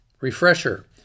Refresher